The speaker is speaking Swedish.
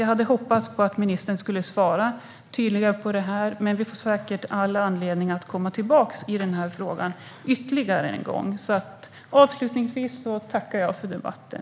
Jag hade hoppats att ministern skulle lämna ett tydligare svar. Men vi får säkert all anledning att ytterligare komma tillbaka i den här frågan. Avslutningsvis tackar jag för debatten.